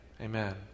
Amen